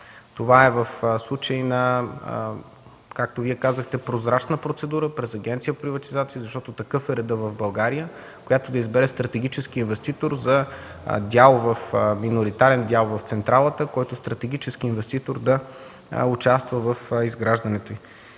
Това е в случай на, както Вие казахте, прозрачна процедура през Агенция „Приватизация”, защото такъв е редът в България, която да избере стратегически инвеститор за миноритарен дял в централата, който стратегически инвеститор да участва в изграждането й.